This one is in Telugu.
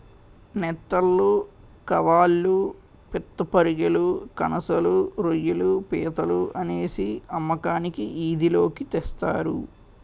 నెత్తళ్లు కవాళ్ళు పిత్తపరిగెలు కనసలు రోయ్యిలు పీతలు అనేసి అమ్మకానికి ఈది లోకి తెస్తారు